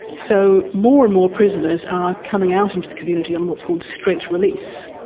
so more and more prisoners are coming out into the community on what's called straight release,